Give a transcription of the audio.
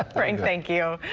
frank, thank you.